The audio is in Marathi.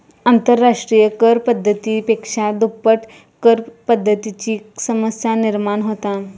आंतरराष्ट्रिय कर पद्धती पेक्षा दुप्पट करपद्धतीची समस्या निर्माण होता